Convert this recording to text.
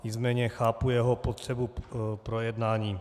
Nicméně chápu jeho potřebu k projednání.